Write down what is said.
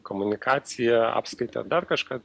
komunikacija apskaita dar kažką